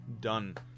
done